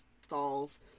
stalls